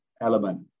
element